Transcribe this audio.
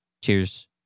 Cheers